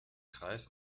kreis